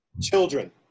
Children